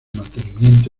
mantenimiento